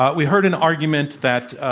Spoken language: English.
but we heard an argument that